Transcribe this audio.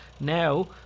Now